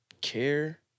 care